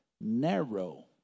narrow